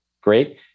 great